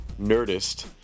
Nerdist